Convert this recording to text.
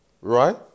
right